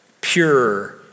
Pure